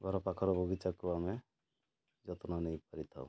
ଘର ପାଖର ବଗିଚାକୁ ଆମେ ଯତ୍ନ ନେଇ ପାରିଥାଉ